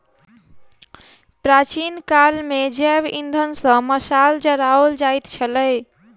प्राचीन काल मे जैव इंधन सॅ मशाल जराओल जाइत छलै